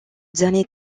dernier